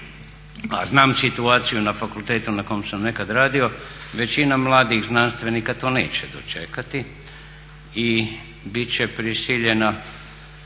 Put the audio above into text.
znam situaciju na fakultetu na kojem sam nekad radio, većina mladih znanstvenika to neće dočekati i bit će prisiljena